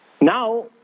Now